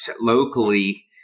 locally